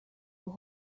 will